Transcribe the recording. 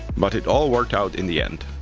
but it all worked out in the end.